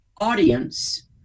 audience